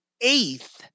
eighth